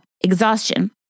exhaustion